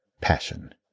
Passion